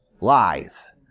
lies